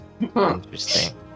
Interesting